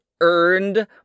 earned